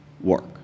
work